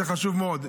זה חשוב מאוד.